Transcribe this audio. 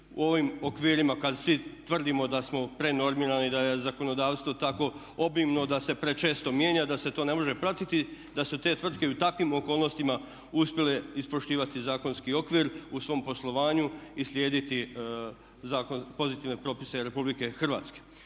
u ovim okvirima kad svi tvrdimo da smo prenormirani, da je zakonodavstvo tako obimno da se prečesto mijenja, da se to ne može pratiti, da su te tvrtke i u takvim okolnostima uspjele ispoštivati zakonski okvir u svom poslovanju i slijediti pozitivne propise Republike Hrvatske.